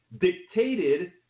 dictated